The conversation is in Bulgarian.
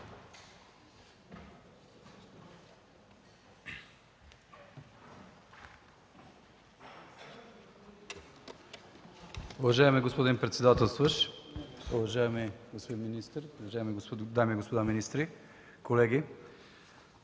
Уважаеми господин председателстващ, уважаеми господин министър, дами и господа министри, колеги!